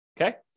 Okay